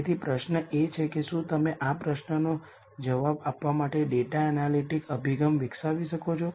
તેથી પ્રશ્ન એ છે કે શું તમે આ પ્રશ્નનો જવાબ આપવા માટે ડેટા એનાલીટીક અભિગમ વિકસાવી શકો છો